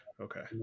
okay